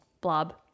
blob